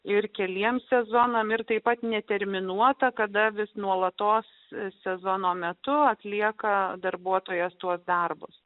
ir keliems sezonams ir taip pat neterminuotą kada vis nuolatos sezono metu atlieka darbuotojas tuos darbus